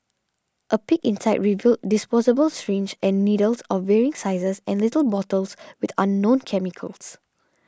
a peek inside revealed disposable syringes and needles of varying sizes and little bottles with unknown chemicals